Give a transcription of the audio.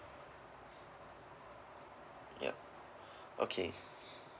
ya okay